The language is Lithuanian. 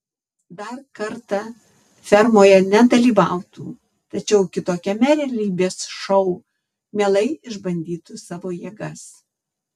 dar kartą fermoje nedalyvautų tačiau kitokiame realybės šou mielai išbandytų savo jėgas